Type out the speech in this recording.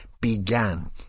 began